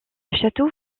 château